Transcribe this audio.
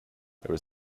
there